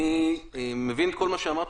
אני מבין כל מה שאמרת.